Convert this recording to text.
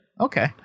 Okay